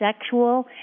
sexual